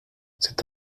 cet